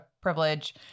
privilege